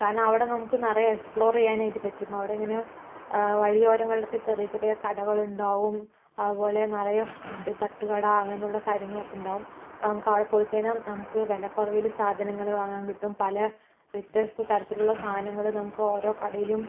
കാരണം അവിടെ നമുക്ക് നിറയെ എക്സ്പ്ലോർ ചെയ്യാനായിട്ട് പറ്റും അവിടെ ഇങ്ങനെ വഴിയോരങ്ങളിൽ ഒക്കെ ഇങ്ങനെ ചെറിയ ചെറിയ കടകൾ ഉണ്ടാകും അതുപോലെ നിറയെ ഫുഡ് തട്ടുകട അങ്ങനെയുള്ള കാര്യങ്ങളൊക്കെ ഉണ്ടാകും അപ്പം നമുക്ക് അവിടെ പോയി കഴിഞ്ഞാൽ നമുക്ക് വിലക്കുറവിൽ സാധനങ്ങൾ വാങ്ങാൻ കിട്ടും പല വ്യത്യസ്ത തരത്തിലുള്ള സാധനങ്ങൾ നമുക്ക് ഓരോ കടയിലും